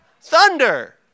thunder